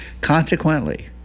Consequently